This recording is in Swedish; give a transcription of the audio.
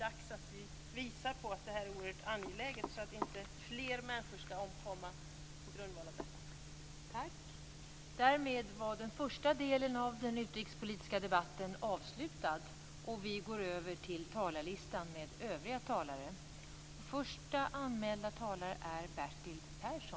Jag tycker att det är dags att vi visar att det här är oerhört angeläget, så att inte fler människor omkommer på grund av detta.